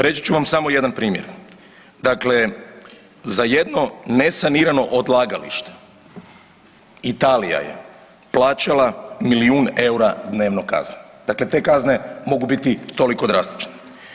Reći ću vam samo jedan primjer, dakle, za jedno nesanirano odlagalište Italija je plaćala milijun EUR-a dnevno kazne, dakle te kazne mogu biti toliko drastične.